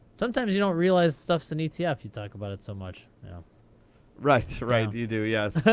sometimes you don't realize stuff's an etf you talk about it so much. yeah right. right, you do, yes. all right,